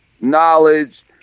knowledge